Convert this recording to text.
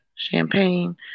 Champagne